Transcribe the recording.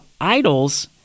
idols